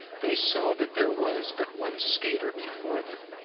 they saw that there was but one skater before them,